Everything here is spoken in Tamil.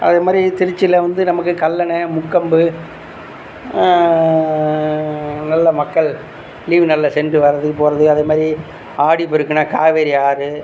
அதே மாதிரி திருச்சியில வந்து நமக்கு கல்லண முக்கம்பு நல்ல மக்கள் லீவ் நாள்ல சென்று வரது போறது அதே மாதிரி ஆடிப்பெருக்குனா காவேரி ஆறு